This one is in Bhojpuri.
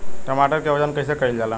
टमाटर क वजन कईसे कईल जाला?